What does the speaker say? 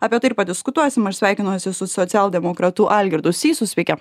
apie tai ir padiskutuosim aš sveikinuosi su socialdemokratu algirdu sysu sveiki